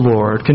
Lord